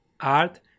art